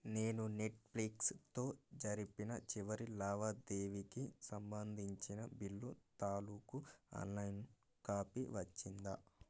నేను నెట్ఫ్లిక్స్తో జరిపిన చివరి లావాదేవీకి సంబంధించిన బిల్లు తాలూకు ఆన్లైన్ కాపీ వచ్చిందా